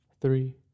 three